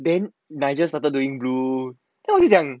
then nigel started doing blue then 我就讲